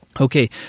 Okay